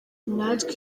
natwe